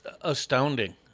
astounding